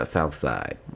Southside